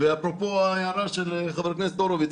אפרופו ההערה של חבר הכנסת הורוביץ,